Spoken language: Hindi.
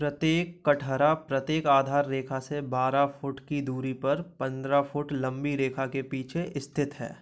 प्रत्येक कटहरा प्रत्येक आधार रेखा से बारह फुट की दूरी पर पन्द्रह फुट लंबी रेखा के पीछे स्थित है